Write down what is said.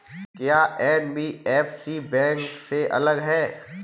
क्या NBFC bank से अलग है?